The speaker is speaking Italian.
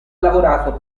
lavorato